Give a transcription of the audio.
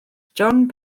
john